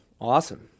awesome